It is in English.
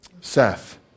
Seth